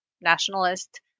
nationalist